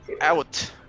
out